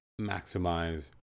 maximize